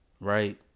Right